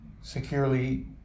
securely